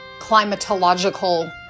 climatological